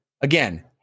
again